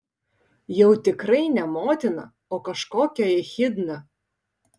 jau tikrai ne motina o kažkokia echidna